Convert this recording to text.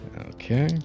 okay